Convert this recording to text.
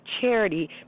charity